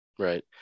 Right